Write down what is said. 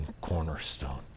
cornerstone